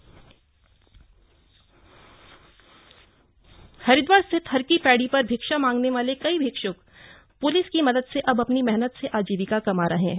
भिक्षक हरिद्वार स्थित हरकी पैड़ी पर भिक्षा मांगने वाले कई भिक्षुक प्लिस की मदद से अब अपनी मेहनत से आजीविका कमा रहे हैं